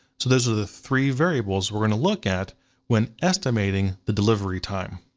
so those are the three variables we're gonna look at when estimating the delivery time.